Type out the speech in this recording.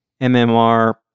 MMR